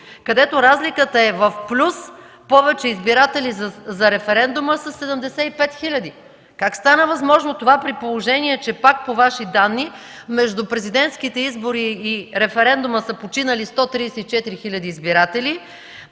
където разликата е в плюс – повече избиратели за референдума със 75 хиляди! Как стана възможно това, при положение че, пак по Ваши данни, между президентските избори и референдума са починали 134 хиляди избиратели,